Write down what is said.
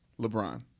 LeBron